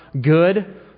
good